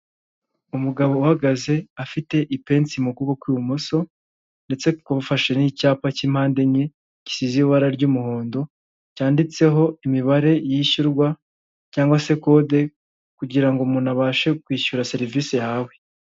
Abantu batandukanye bafite amadapo y'ibara ry'umweru ubururu n'umutuku yanditseho Efuperi bakikije umukuru w'igihugu perezida Poul Kagame wambaye ingofero y'umukara umupira w'umweru, uriho ikirangantego cya efuperi wazamuye akaboko.